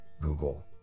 Google